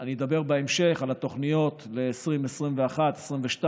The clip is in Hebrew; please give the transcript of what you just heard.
אני אדבר בהמשך על התוכניות ל-2021, 2022,